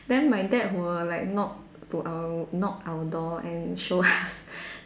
then my dad will like knock to our knock our door and show us